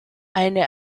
eine